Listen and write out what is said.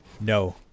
No